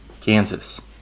Kansas